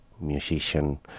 musician